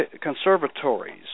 conservatories